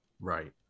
Right